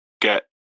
get